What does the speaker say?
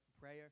Prayer